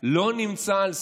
לא נמצא על סדר-היום,